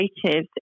creative